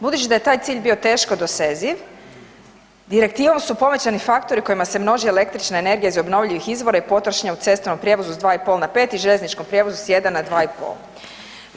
Budući da je taj cilj bio teško doseziv direktivom su povećani faktori kojima se množi električna energija iz obnovljivih izvora i potrošnja u cestovnom prometu sa 2,5 na 5 i željezničkom prijevozu s 1 na 2,5.